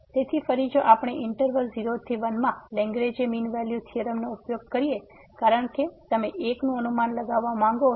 તેથી ફરી જો આપણે ઈંટરવલ 0 થી 1 માં લેંગ્રેજે મીન વેલ્યુ થીયોરમનો ઉપયોગ કરીએ કારણ કે તમે 1 નું અનુમાન લગાવવા માંગો છો